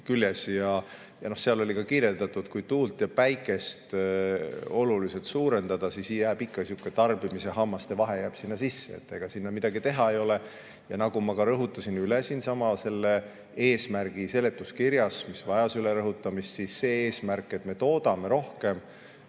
küljes, ja seal oli ka kirjeldatud, et kui tuult ja päikest oluliselt suurendada, siis jääb sihuke tarbimise hammastevahe sinna sisse, sinna midagi teha ei ole. Ja nagu ma ka rõhutasin üle siin selle eesmärgi seletuskirja puhul, mis vajas üle rõhutamist, siis see eesmärk, et me toodame rohkem